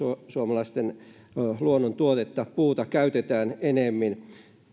suomalaisten luonnontuotetta puuta käytetään enemmän